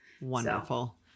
Wonderful